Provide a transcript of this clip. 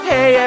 Hey